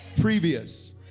previous